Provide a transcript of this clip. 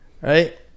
Right